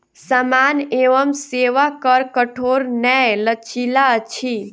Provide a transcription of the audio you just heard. सामान एवं सेवा कर कठोर नै लचीला अछि